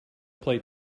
play